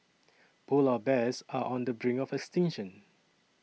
Polar Bears are on the brink of extinction